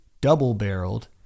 double-barreled